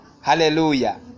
Hallelujah